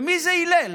ומי זה הלל?